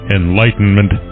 enlightenment